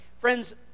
Friends